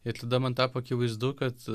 ir tada man tapo akivaizdu kad